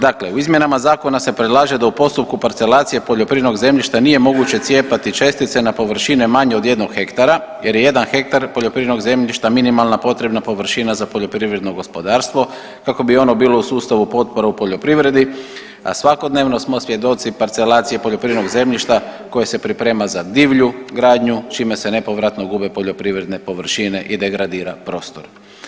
Dakle, u izmjenama zakona se predlaže da u postupku parcelacije poljoprivrednog zemljišta nije moguće cijepati čestice na površine manje od jednog hektara, jer je jedan hektar poljoprivrednog zemljišta minimalna potrebna površina za poljoprivredno gospodarstvo kako bi ono bilo u sustavu potpora u poljoprivredi, a svakodnevno smo svjedoci parcelacije poljoprivrednog zemljišta koje se priprema za divlju gradnju čime se nepovratno gube poljoprivredne površine i degradira prostor.